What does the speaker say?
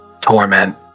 torment